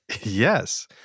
Yes